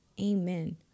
amen